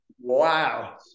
Wow